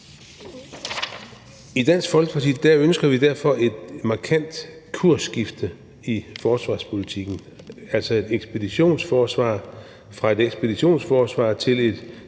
I Dansk Folkeparti ønsker vi derfor et markant kursskifte i forsvarspolitikken, altså fra et ekspeditionsforsvar til et